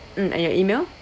mm and your email